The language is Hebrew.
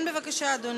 כן, בבקשה, אדוני.